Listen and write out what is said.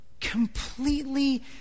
Completely